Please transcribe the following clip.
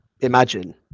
imagine